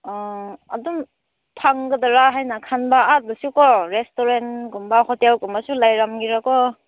ꯑꯣ ꯑꯗꯨꯝ ꯐꯪꯒꯗꯔ ꯍꯥꯏꯅ ꯈꯟꯕ ꯑꯥꯗꯁꯨꯀꯣ ꯔꯦꯁꯇꯨꯔꯦꯟꯒꯨꯝꯕ ꯍꯣꯇꯦꯜꯒꯨꯝꯕꯁꯨ ꯂꯩꯔꯝꯒꯦꯔꯥꯀꯣ